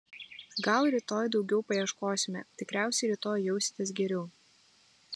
gal rytoj daugiau paieškosime tikriausiai rytoj jausitės geriau